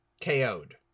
KO'd